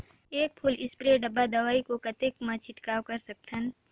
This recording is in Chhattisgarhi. एक फुल स्प्रे डब्बा दवाई को कतेक म छिड़काव कर सकथन?